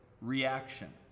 reaction